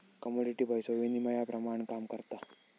commodity पैसो वस्तु विनिमयाप्रमाण काम करता